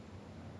navy ah